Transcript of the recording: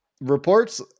Reports